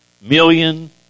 million